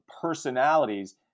personalities